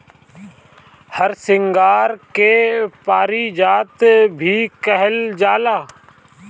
हरसिंगार के पारिजात भी कहल जाला